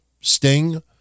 sting